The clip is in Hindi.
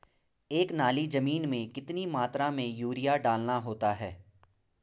एक नाली जमीन में कितनी मात्रा में यूरिया डालना होता है?